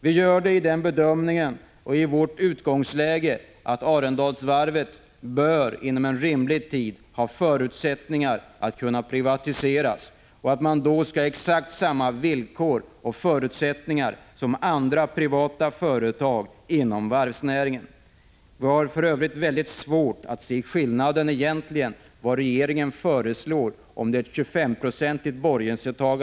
Vi gör det med vår utgångspunkt att Arendalsvarvet inom rimlig tid bör ha förutsättningar att kunna privatiseras, och då bör man ha exakt samma villkor och förutsättningar som andra privata företag inom varvsnäringen. Vi har för övrigt mycket svårt att se vad regeringen i själva verket menar i sitt något otydliga förslag.